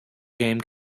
game